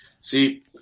See